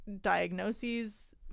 diagnoses